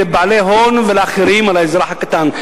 לבעלי הון ולאחרים על האזרח הקטן?